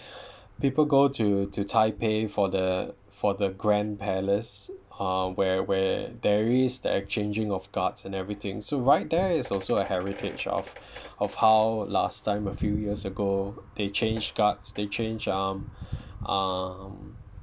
people go to to taipei for the for the grand palace uh where where there is the exchanging of guards and everything so right there is also a heritage of of how last time a few years ago they changed guards they change um um